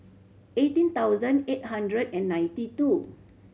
eighteen thousand eight hundred and ninety two